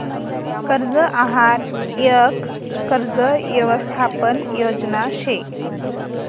कर्ज आहार यक कर्ज यवसथापन योजना शे